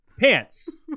Pants